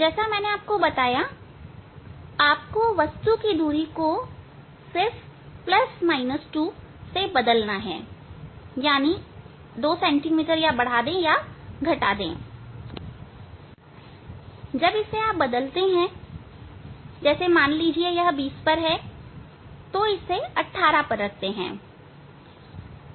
जैसा मैंने आपको बताया आपको सिर्फ वस्तु की दूरी को 2 cm से बदलना है जब बदलते हैं माना यह 20 है तो इसे 18 पर रखते हैं